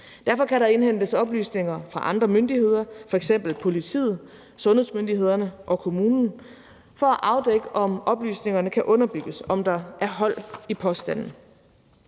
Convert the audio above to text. Derfor kan der indhentes oplysninger fra andre myndigheder, f.eks. politiet, sundhedsmyndighederne og kommunen, for at afdække, om oplysningerne kan underbygges – om der er hold i påstanden.